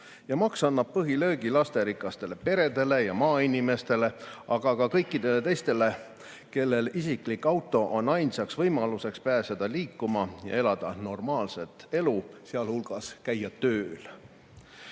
Maks annab põhilöögi lasterikastele peredele ja maainimestele, aga ka kõikidele teistele, kellel isiklik auto on ainus võimalus pääseda liikuma ja elada normaalset elu, sealhulgas käia tööl.